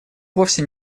вовсе